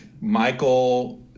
Michael